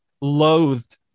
loathed